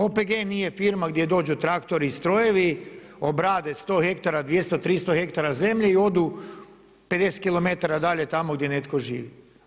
OPG nije firma gdje dođu traktori i strojevi, obrade 100 hektara, 200, 300 hektara zemlje i odu 50 kilometara dalje tamo gdje netko živi.